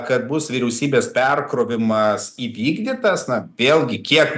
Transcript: kad bus vyriausybės perkrovimas įvykdytas na vėlgi kiek